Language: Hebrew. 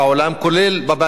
כולל בבית הזה,